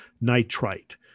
nitrite